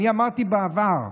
אני אמרתי בעבר: